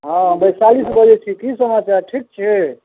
हँ बैशालीसे बजै छी की समाचार ठिक छी